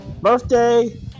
Birthday